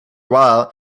while